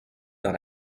dans